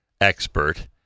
expert